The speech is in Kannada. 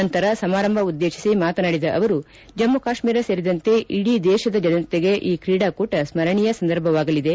ನಂತರ ಸಮಾರಂಭ ಉದ್ದೇಶಿಸಿ ಮಾತನಾಡಿದ ಅವರು ಜಮ್ಮು ಕಾಶ್ಮೀರ ಸೇರಿದಂತೆ ಇಡೀ ದೇಶದ ಜನತೆಗೆ ಈ ಕ್ರೀಡಾಕೂಟ ಸ್ನರಣೀಯ ಸಂದರ್ಭವಾಗಲಿದೆ